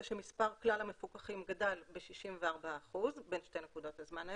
הוא שמספר כלל המפוקחים גדל ב-64% בין שתי נקודות הזמן האלה.